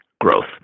growth